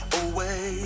away